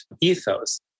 ethos